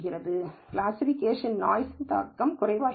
எனவே கிளாசிஃபிகேஷனில் நாய்சின் தாக்கம் குறைவாகிவிடும்